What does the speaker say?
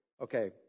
Okay